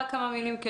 כמה מילים,